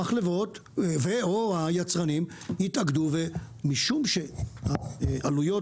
המחלבות או היצרנים יתאגדו ומשום שהעלויות,